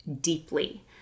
deeply